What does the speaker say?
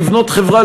לבנות חברה,